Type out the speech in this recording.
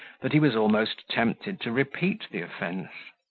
that he was almost tempted to repeat the offence.